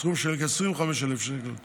בסכום של כ-25,000 שקלים חדשים.